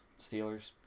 Steelers